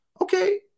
Okay